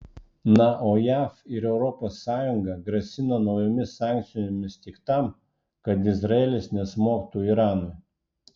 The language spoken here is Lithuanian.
na o jav ir europos sąjunga grasina naujomis sankcijomis tik tam kad izraelis nesmogtų iranui